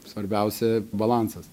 svarbiausia balansas